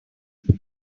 will